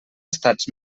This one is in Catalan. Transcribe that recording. estats